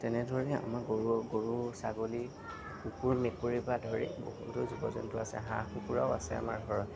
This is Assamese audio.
তেনেধৰণে আমাৰ গৰুৱেও গৰু ছাগলী কুকুৰ মেকুৰীৰপৰা ধৰি বহুতবোৰ জীৱ জন্তু আছে হাঁহ কুকুৰাও আছে আমাৰ ঘৰত